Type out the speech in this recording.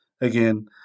again